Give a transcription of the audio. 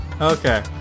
Okay